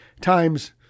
times